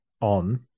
on